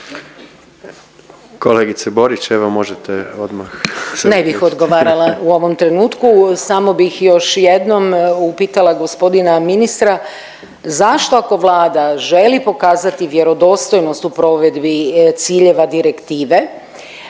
Kolegice Borić evo možete